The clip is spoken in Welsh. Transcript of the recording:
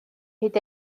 hyd